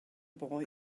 boy